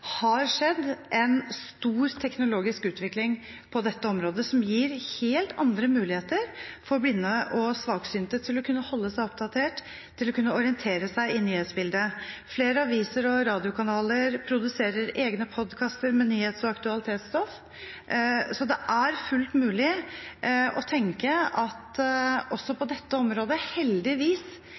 har skjedd en stor teknologisk utvikling på dette området som gir blinde og svaksynte helt andre muligheter til å kunne holde seg oppdatert og orientere seg i nyhetsbildet. Flere aviser og radiokanaler produserer egne podkaster med nyhets- og aktualitetsstoff, så det er fullt mulig å tenke at vi også på dette området heldigvis